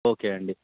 okay అండి